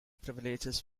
privileges